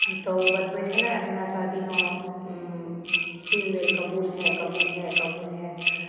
तऽ ओ बतबै छलय हमरा शादीमे तीन बेर कबूल है कबूल है कबूल है